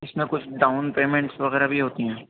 اس میں کچھ down payments وغیرہ بھی ہوتی ہیں